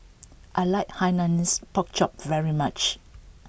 I like hainanese pork chop very much